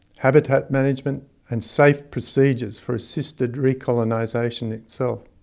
habitat management and safe procedures for assisted recolonisation so